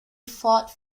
fought